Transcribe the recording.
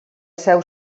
seu